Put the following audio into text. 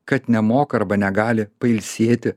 kad nemoka arba negali pailsėti